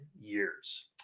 years